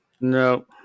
no